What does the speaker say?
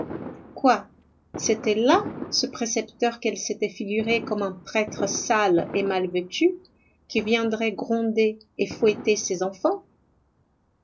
quoi c'était là ce précepteur qu'elle s'était figuré comme un prêtre sale et mal vêtu qui viendrait gronder et fouetter ses enfants